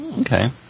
Okay